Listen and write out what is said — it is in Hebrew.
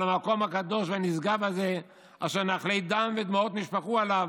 על המקום הגדול הנשגב הזה אשר נחלי דם ודמעות נשפכו עליו.